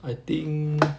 I think